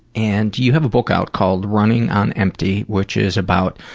and you have a book out called running on empty, which is about,